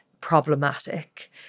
problematic